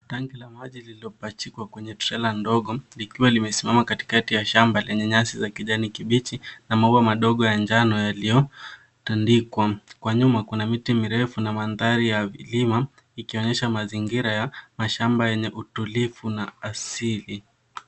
Tanki la maji lililopachikwa kwenye trela ndogo likiwa limesimama katikati ya shamba lenye nyasi za kijani kibichi na maua madogo ya njano yaliyotandikwa. Kwa nyuma kuna miti mirefu na mandhari ya milima ikionyesha mazingira ya mashamba yenye utulivu na asili.